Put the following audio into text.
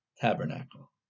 tabernacle